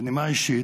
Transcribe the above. בנימה אישית,